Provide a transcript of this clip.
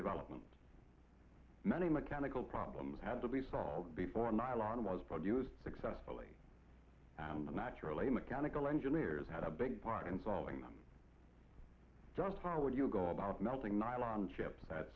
development many mechanical problems had to be solved before nylon was produced successfully and the naturally mechanical engineers had a big part in solving them just how would you go about melting nylon chips that